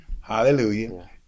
Hallelujah